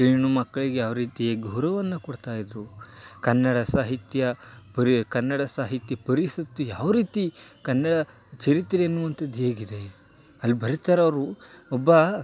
ಹೆಣ್ಣು ಮಕ್ಳಿಗೆ ಯಾವರೀತಿಯ ಗೌರವವನ್ನು ಕೊಡ್ತಾಯಿದ್ದರು ಕನ್ನಡ ಸಾಹಿತ್ಯ ಪರಿ ಕನ್ನಡ ಸಾಹಿತ್ಯ ಪರಿಷತ್ತು ಯಾವರೀತಿ ಕನ್ನಡ ಚರಿತ್ರೆಯನ್ನುವಂಥದ್ದು ಹೇಗಿದೆ ಅಲ್ಲಿ ಬರಿತಾ ಇರುವವ್ರು ಒಬ್ಬ